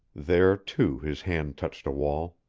there, too, his hand touched a wall.